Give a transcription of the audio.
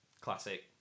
classic